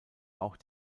auch